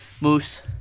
Moose